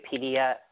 Wikipedia